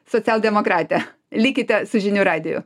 socialdemokratę likite su žinių radiju